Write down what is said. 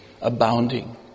abounding